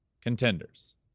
contenders